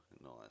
Nice